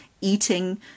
eating